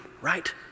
right